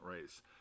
race